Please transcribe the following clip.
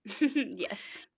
Yes